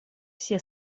все